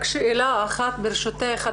רק שאלה אחת ברשותך,